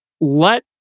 let